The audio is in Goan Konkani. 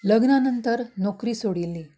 लग्ना नंतर नोकरी सोडिल्ली